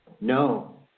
No